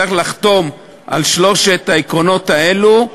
צריך לחתום על שלושת העקרונות האלה,